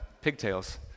pigtails